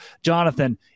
Jonathan